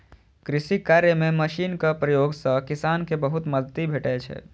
कृषि कार्य मे मशीनक प्रयोग सं किसान कें बहुत मदति भेटै छै